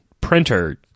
printer